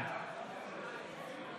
בעד נעמה לזימי, נגד גבי